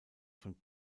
von